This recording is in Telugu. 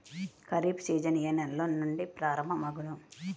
ఖరీఫ్ సీజన్ ఏ నెల నుండి ప్రారంభం అగును?